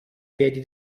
piedi